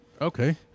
okay